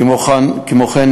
כמו כן,